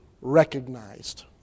recognized